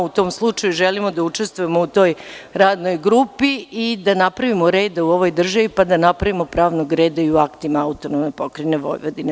U tom slučaju, želimo da učestvujemo u toj radnoj grupi i da napravimo reda u ovoj državi, pa da napravimo pravnog reda i u aktima AP Vojvodine.